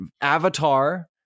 avatar